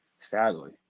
sadly